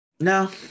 No